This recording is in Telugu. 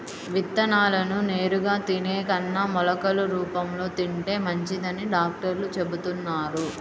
విత్తనాలను నేరుగా తినే కన్నా మొలకలు రూపంలో తింటే మంచిదని డాక్టర్లు చెబుతున్నారు